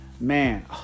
man